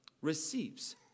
receives